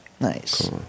Nice